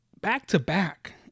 back-to-back